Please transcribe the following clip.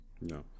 No